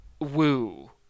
woo